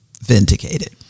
vindicated